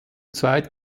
zweit